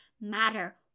matter